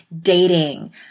dating